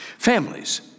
Families